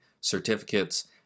certificates